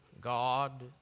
God